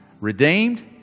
Redeemed